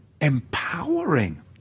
empowering